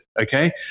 okay